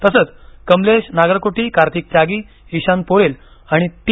तसंच कमलेश नागरकोटी कार्तिक त्यागी ईशान पोरेल आणि टी